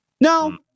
No